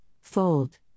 fold